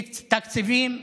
תקציבים,